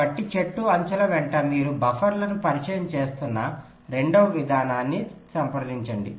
కాబట్టి చెట్టు అంచుల వెంట మీరు బఫర్లను పరిచయం చేస్తున్న 2 వ విధానాన్ని సంప్రదించండి